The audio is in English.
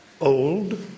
old